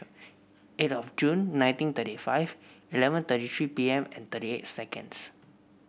eight of Jun nineteen thirty five eleven thirty three P M and thirty eight seconds